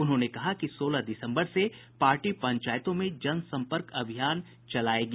उन्होंने कहा कि सोलह दिसम्बर से पार्टी पंचायतों में जनसंपर्क अभियान चलायेगी